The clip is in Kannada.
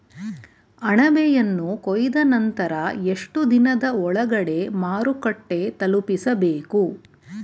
ಅಣಬೆಯನ್ನು ಕೊಯ್ದ ನಂತರ ಎಷ್ಟುದಿನದ ಒಳಗಡೆ ಮಾರುಕಟ್ಟೆ ತಲುಪಿಸಬೇಕು?